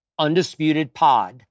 UndisputedPod